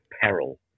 peril